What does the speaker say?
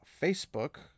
Facebook